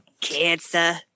cancer